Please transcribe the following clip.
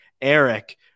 Eric